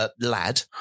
lad